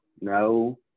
No